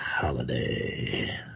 Holiday